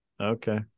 Okay